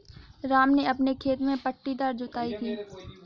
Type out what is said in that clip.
राम ने अपने खेत में पट्टीदार जुताई की